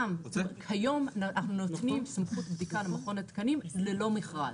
גם כיום אנחנו נותנים סמכות בדיקה למכון התקנים ללא מכרז.